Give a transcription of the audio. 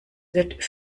wird